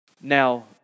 now